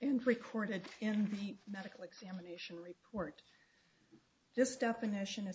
and recorded in the medical examination report this definition is